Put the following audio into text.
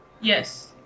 Yes